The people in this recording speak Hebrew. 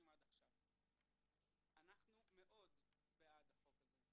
עד עכשיו שאנחנו מאוד בעד החוק הזה,